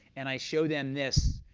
and i show them this,